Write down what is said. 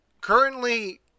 Currently